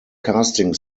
casting